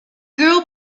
girl